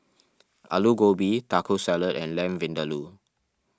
Alu Gobi Taco Salad and Lamb Vindaloo